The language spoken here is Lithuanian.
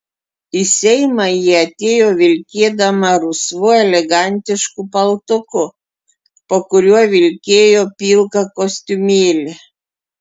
į seimą ji atėjo vilkėdama rusvu elegantišku paltuku po kuriuo vilkėjo pilką kostiumėlį